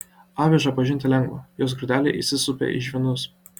avižą pažinti lengva jos grūdeliai įsisupę į žvynus